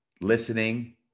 listening